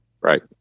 Right